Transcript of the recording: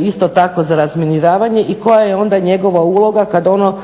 isto tako za razminiravanje i koja je onda njegova uloga kad ono